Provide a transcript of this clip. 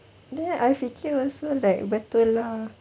then I fikir also like betul lah